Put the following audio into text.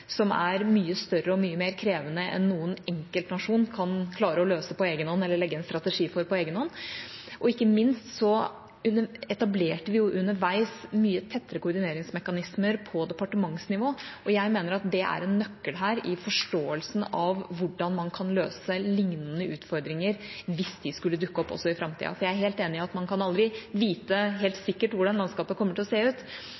som er mye større og mye mer krevende enn noen enkeltnasjon kan klare å løse på egen hånd eller legge en strategi for på egen hånd. Ikke minst etablerte vi underveis mye tettere koordineringsmekanismer på departementsnivå, og jeg mener det er en nøkkel til forståelsen av hvordan man kan løse lignende utfordringer hvis de skulle dukke opp i framtida. Jeg er helt enig i at man kan aldri vite helt sikkert hvordan landskapet kommer til å se ut,